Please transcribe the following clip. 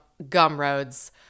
Gumroad's